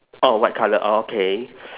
oh white colour orh okay